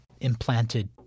implanted